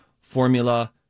formula